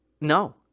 no